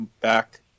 back